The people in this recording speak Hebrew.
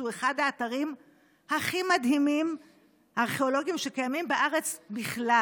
שהוא אחד האתרים הארכיאולוגיים הכי מדהימים שקיימים בארץ בכלל.